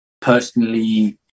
personally